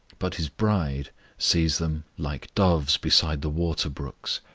but his bride sees them like doves beside the water brooks.